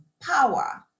power